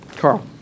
Carl